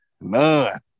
None